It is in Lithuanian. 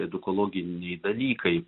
edukologiniai dalykai